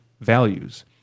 values